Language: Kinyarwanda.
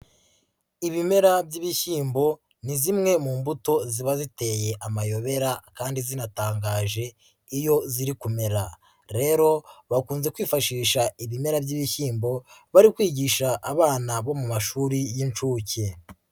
Ibimera by'ibishyimbo ni zimwe mu mbuto ziba ziteye amayobera kandi zinatangaje iyo ziri kumera, rero bakunze kwifashisha ibimera by'ibishyimbo bari kwigisha abana bo mu mashuri y'inshuke.